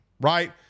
right